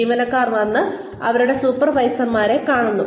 ജീവനക്കാർ വന്ന് അവരുടെ സൂപ്പർവൈസർമാരെ കാണുന്നു